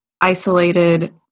isolated